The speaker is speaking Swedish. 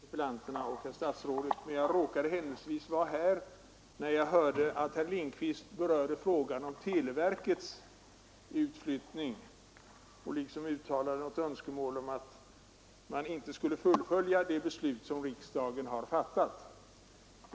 Fru talman! Vi är ju inte många ledamöter i kammaren — knappast någon vid sidan av statsrådet och interpellanterna — men jag råkade händelsevis vara närvarande när herr Lindkvist berörde frågan om televerkets utflyttning. Han uttalade ett önskemål om att det beslut som riksdagen fattat inte skulle fullföljas.